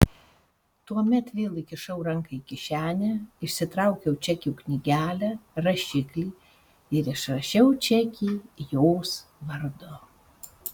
tuomet vėl įkišau ranką į kišenę išsitraukiau čekių knygelę rašiklį ir išrašiau čekį jos vardu